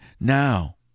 now